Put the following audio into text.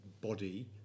body